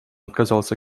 отказался